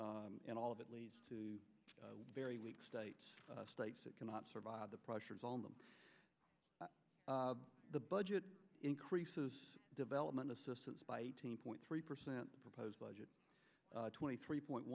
and all of that leads to very weak states states that cannot survive the pressures on them the budget increases development assistance by eighteen point three percent proposed budget twenty three point